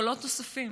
קולות נוספים